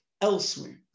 elsewhere